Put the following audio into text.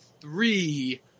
three